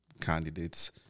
candidates